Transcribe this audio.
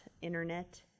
internet